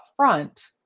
upfront